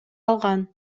алган